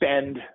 spend